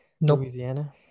louisiana